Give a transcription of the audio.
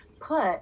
put